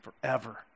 forever